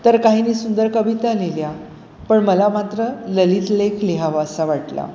तर काहींनी सुंदर कविता लिहिल्या पण मला मात्र ललितलेख लिहावा असा वाटला